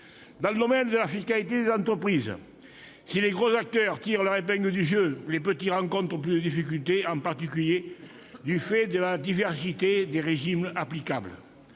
Dans le domaine de la fiscalité des entreprises, si les gros acteurs tirent leur épingle du jeu, les petits rencontrent plus de difficultés, en particulier du fait de la diversité des régimes applicables.